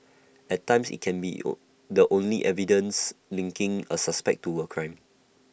at times IT can be all the only evidence linking A suspect to A crime